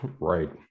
Right